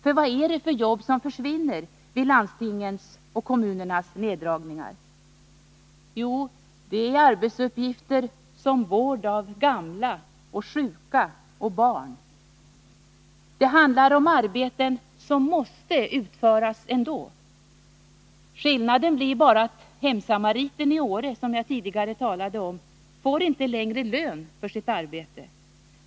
För vad är det för jobb som försvinner vid landstingens och kommunernas neddragningar? Jo, det är arbetsuppgifter som vård av gamla, sjuka och barn. Det handlar om arbeten som måste utföras ändå. Skillnaden blir bara att hemsamariten i Åre, som jag tidigare talade om, inte längre får lön för sitt arbete.